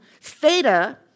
Theta